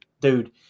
dude